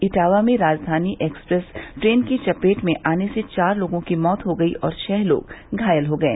इटावा में Rajdhani express train की चपेट में आने से चार लोगों की मृत्यु हो गई और छह लोग घायल हो गये